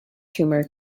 tumor